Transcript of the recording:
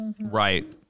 right